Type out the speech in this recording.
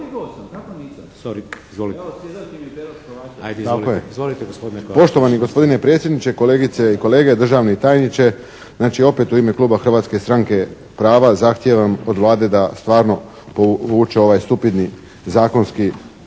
Hrvatske stranke prava zahtijevam od Vlade da stvarno povuče ovaj stupidni zakonski